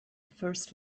first